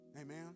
Amen